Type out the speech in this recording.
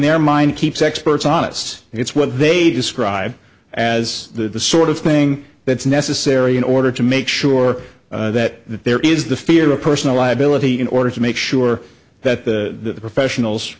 their mind keeps experts honest it's what they describe as the sort of thing that's necessary in order to make sure that there is the fear of personal liability in order to make sure that the professionals